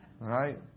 right